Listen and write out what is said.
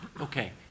Okay